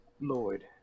Lloyd